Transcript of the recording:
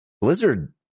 Blizzard